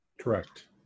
Correct